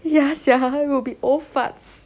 ya sia will be old farts